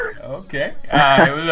Okay